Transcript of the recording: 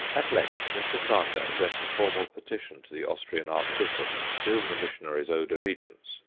at length mr. sander addressed a formal petition to the austrian archbishop, to whom the missionaries owed allegiance.